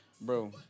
Bro